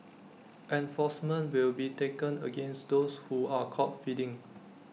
enforcement will be taken against those who are caught feeding